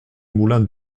moulin